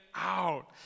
out